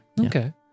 Okay